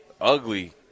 ugly